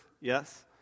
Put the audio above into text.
Yes